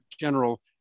general